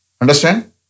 Understand